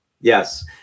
Yes